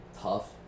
tough